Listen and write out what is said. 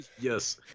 Yes